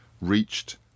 reached